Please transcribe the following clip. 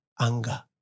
Anger